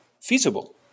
feasible